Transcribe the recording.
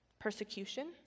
persecution